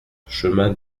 chemin